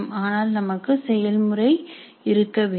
ஆனால் நமக்கு செயல்முறை இருக்க வேண்டும்